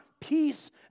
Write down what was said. peace